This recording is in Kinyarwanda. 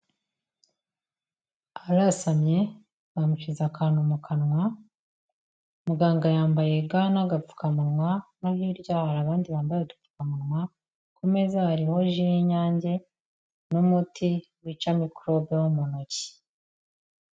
Arasamye bamushyize akantu mu kanwa muganga yambaye ga n'agapfukamunwa no hirya hari abandi bambaye udupfukamunwa ku meza harimo ji y'Inyange n'umuti wica mikorobe wo mu ntoki.